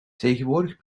tegenwoordig